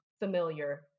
familiar